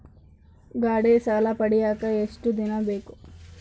ಗಾಡೇ ಸಾಲ ಪಡಿಯಾಕ ಎಷ್ಟು ದಿನ ಬೇಕು?